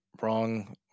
Wrong